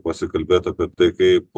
pasikalbėt apie tai kaip